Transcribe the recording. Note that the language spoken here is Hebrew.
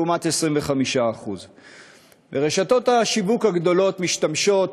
לעומת 25%. רשתות השיווק הגדולות משתמשות